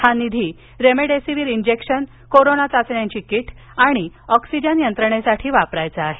हा निधी remdesivir injection corona चाचण्यांच्या कीट आणि आणि ऑक्सीजन यंत्रणेसाठी वापरायचा आहे